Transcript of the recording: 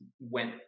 went